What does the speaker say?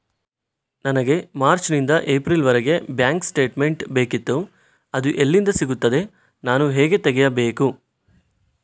ನನಗೆ ಮಾರ್ಚ್ ನಿಂದ ಏಪ್ರಿಲ್ ವರೆಗೆ ಬ್ಯಾಂಕ್ ಸ್ಟೇಟ್ಮೆಂಟ್ ಬೇಕಿತ್ತು ಅದು ಎಲ್ಲಿಂದ ಸಿಗುತ್ತದೆ ನಾನು ಹೇಗೆ ತೆಗೆಯಬೇಕು?